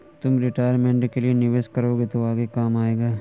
तुम रिटायरमेंट के लिए निवेश करोगे तो आगे काम आएगा